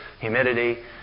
humidity